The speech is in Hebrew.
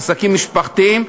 עסקים משפחתיים,